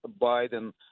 Biden